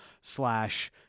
slash